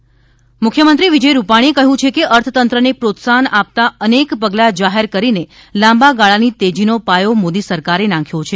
આર્થિક તેજી મુખ્યમંત્રી મુખ્યમંત્રી વિજય રૂપાણીએ કહ્યું છે કે અર્થતંત્રને પ્રોત્સાહન આપતા અનેક પગલા જાહેર કરીને લાંબાગાળાની તેજીનો પાયો મોદી સરકારે નાંખ્યો છે